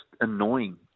annoying